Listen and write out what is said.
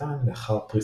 לסביבתן לאחר פריסתן.